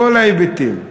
כל ההיבטים.